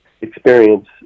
experience